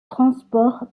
transport